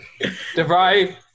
DeVry